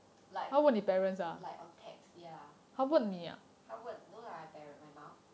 like like on text ya 他问 no lah parent my mom